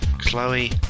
Chloe